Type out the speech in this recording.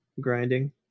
grinding